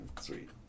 sweet